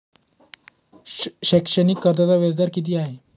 शैक्षणिक कर्जाचा व्याजदर किती आहे?